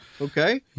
okay